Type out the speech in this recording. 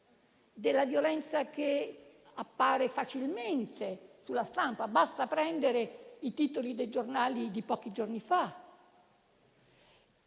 della violenza che appare facilmente sulla stampa. Basta prendere i titoli dei giornali di pochi giorni fa: